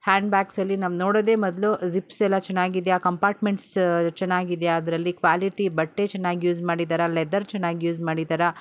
hand ಬ್ಯಾಗ್ಸಲ್ಲಿ ನಾವು ನೋಡೋದೇ ಮೊದಲು ಜಿ಼ಪ್ಸ್ ಎಲ್ಲಾ ಚೆನ್ನಾಗಿದೆಯಾ ಕಂಪಾರ್ಟ್ಮೆಂಟ್ಸ್ ಚೆನ್ನಾಗಿದೆಯಾ ಅದರಲ್ಲಿ ಕ್ವಾಲಿಟಿ ಬಟ್ಟೆ ಚೆನ್ನಾಗಿ ಯೂಸ್ ಮಾಡಿದ್ದಾರಾ ಲೆದರ್ ಚೆನ್ನಾಗಿ ಯೂಸ್ ಮಾಡಿದ್ದಾರಾ